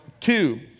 two